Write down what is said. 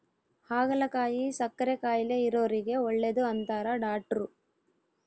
ಹಾಗಲಕಾಯಿ ಸಕ್ಕರೆ ಕಾಯಿಲೆ ಇರೊರಿಗೆ ಒಳ್ಳೆದು ಅಂತಾರ ಡಾಟ್ರು